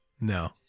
no